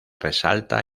resalta